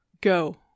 Go